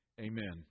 Amen